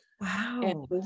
wow